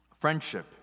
friendship